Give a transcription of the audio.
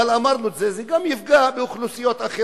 אבל אמרנו את זה: זה גם יפגע באוכלוסיות אחרות,